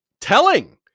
telling